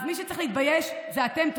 אז מי שצריך להתבייש זה אתם.